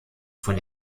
von